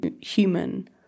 human